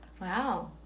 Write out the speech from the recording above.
wow